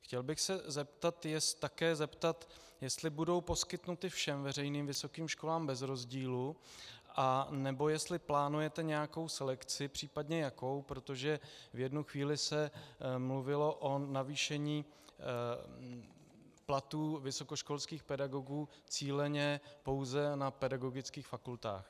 Chtěl bych se také zeptat, jestli budou poskytnuty všem veřejným vysokým školám bez rozdílů, anebo jestli plánujete nějakou selekci, případně jakou, protože v jednu chvíli se mluvilo o navýšení platů vysokoškolských pedagogů cíleně pouze na pedagogických fakultách.